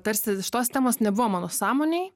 tarsi šitos tos temos nebuvo mano sąmonėj